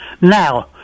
Now